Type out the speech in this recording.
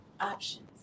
Options